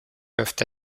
peuvent